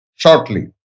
Shortly